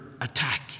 attack